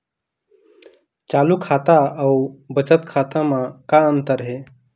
चालू खाता अउ बचत खाता म का अंतर हे?